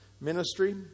ministry